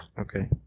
Okay